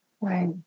Right